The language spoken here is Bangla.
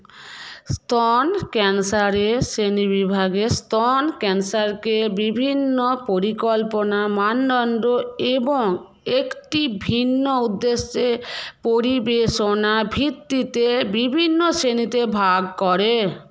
স্তন ক্যান্সারের শ্রেণীবিভাগে স্তন ক্যান্সারকে বিভিন্ন পরিকল্পনার মানদণ্ড এবং একটি ভিন্ন উদ্দেশ্যে পরিবেশনার ভিত্তিতে বিভিন্ন শ্রেণীতে ভাগ করে